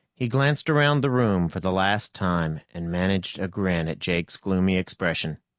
he glanced around the room for the last time, and managed a grin at jake's gloomy expression.